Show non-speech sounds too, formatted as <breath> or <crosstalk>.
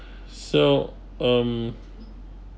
<breath> so um